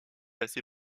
assez